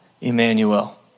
Emmanuel